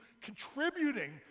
contributing